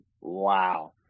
Wow